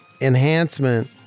enhancement